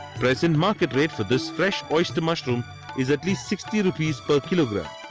present market rate for this fresh oyster mushroom is at least sixty rupees per kilogram.